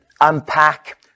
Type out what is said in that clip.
unpack